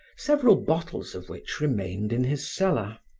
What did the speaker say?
several bottles of which remained in his cellar.